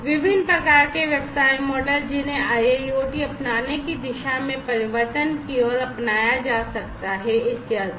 विभिन्न प्रकार के व्यवसाय मॉडल जिन्हें IIoT अपनाने की दिशा में परिवर्तन की ओर अपनाया जा सकता है इत्यादि